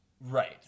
Right